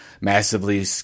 massively